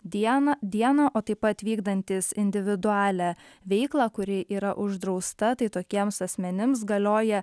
dieną dieną o taip pat vykdantys individualią veiklą kuri yra uždrausta tai tokiems asmenims galioja